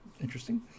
Interesting